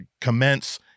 commence